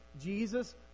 Jesus